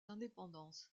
indépendance